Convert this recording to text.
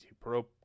pro